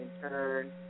turn